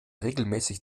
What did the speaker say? regelmäßig